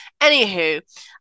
anywho